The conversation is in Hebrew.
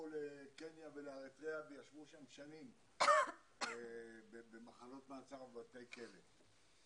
לקניה ולאריתריאה וישבו שם שנים במחנות מעצר ובבתי כלא,